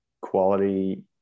quality